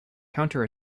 counter